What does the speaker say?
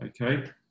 Okay